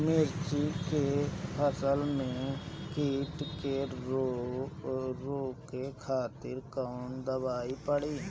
मिर्च के फसल में कीड़ा के रोके खातिर कौन दवाई पड़ी?